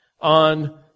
on